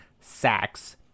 sacks